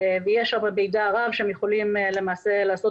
ויש שם מידע רב שהם יכולים למעשה לעשות